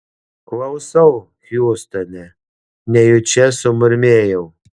klausau hiūstone nejučia sumurmėjau